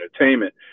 entertainment